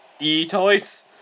Etoys